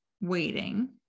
waiting